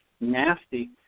nasty